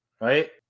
right